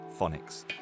phonics